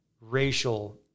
racial